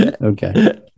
Okay